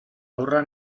haurra